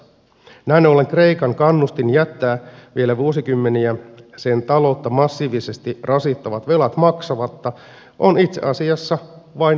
näin ollen kreikan kannustin jättää vielä vuosikymmeniä sen taloutta massiivisesti rasittavat velat maksamatta on itse asiassa vain kasvanut